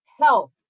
health